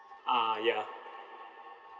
ah ya